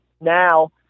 now